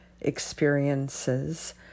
experiences